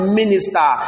minister